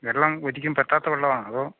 വെള്ളം ഒരിക്കും പറ്റാത്ത വെള്ളമാണോ അതോ